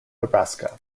nebraska